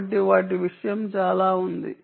కాబట్టి విషయం చాలా ఉంది